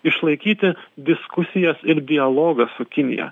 išlaikyti diskusijas ir dialogą su kinija